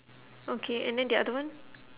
okay and then the other one